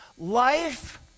Life